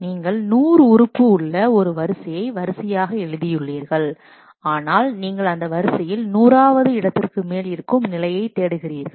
நீங்கள் 100 உறுப்பு உள்ள ஒரு வரிசையை வரிசையாக எழுதியுள்ளீர்கள் ஆனால் நீங்கள் அந்த வரிசையில் நூறாவது இடத்திற்கு மேல் இருக்கும் நிலையைத் தேடுகிறீர்கள்